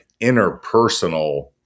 interpersonal